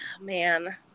man